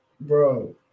bro